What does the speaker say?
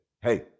Hey